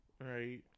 Right